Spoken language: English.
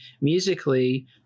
musically